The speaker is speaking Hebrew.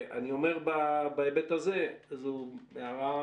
אני אומר בהיבט הזה איזו הערה